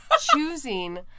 choosing